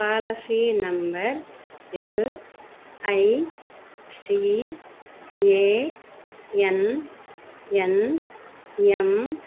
policy number LICANNM